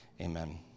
Amen